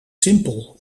simpel